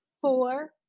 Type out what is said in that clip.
four